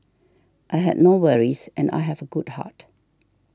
I had no worries and I have a good heart